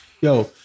Yo